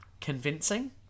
Convincing